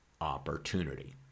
opportunity